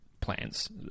plans